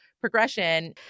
progression